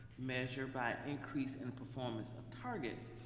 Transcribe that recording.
measure by increase in the performance of targets,